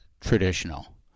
traditional